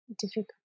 difficult